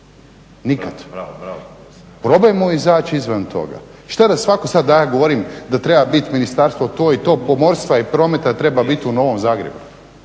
nikad. Probajmo izaći izvan toga. Što da sada svako ja sada govorim da treba biti ministarstvo to i to pomorstva i prometa treba biti u Novom Zagrebu